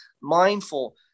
mindful